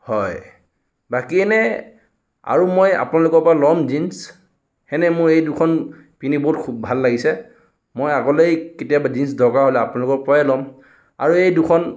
হয় বাকী এনে আৰু মই আপোনালোকৰ পৰা ল'ম জিনচ সেনে মোৰ এই দুখন পিন্ধি বহুত খুব ভাল লাগিছে মই আগলৈ কেতিয়াবা জিনচ দৰকাৰ হ'লে আপোনালোকৰ পৰাই ল'ম আৰু এই দুখন